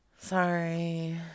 Sorry